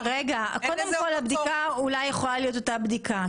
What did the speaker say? קודם כל הבדיקה היא אולי יכולה אותה בדיקה,